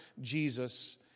Jesus